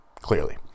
Clearly